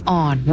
on